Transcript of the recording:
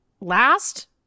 last